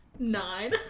Nine